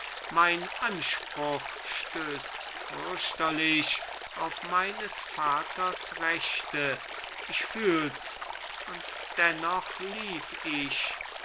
mein anspruch stößt fürchterlich auf meines vaters rechte ich fühls und dennoch lieb ich